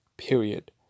Period